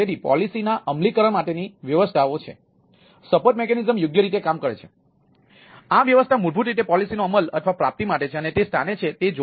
તેથી આ વ્યવસ્થા મૂળભૂત રીતે પોલિસીનો અમલ અથવા પ્રાપ્તિ માટે છે અને તે સ્થાને છે તે જોવું જોઈએ